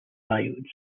diodes